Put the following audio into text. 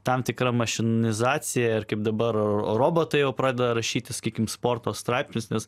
tam tikrą mašinizacija ir kaip dabar robotai jau pradeda rašyt sakykim sporto straipsnius nes